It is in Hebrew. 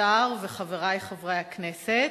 השר וחברי חברי הכנסת,